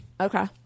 Okay